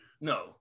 No